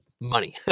money